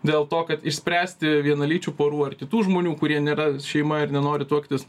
dėl to kad išspręsti vienalyčių porų ar kitų žmonių kurie nėra šeima ir nenori tuoktis